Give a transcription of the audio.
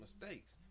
mistakes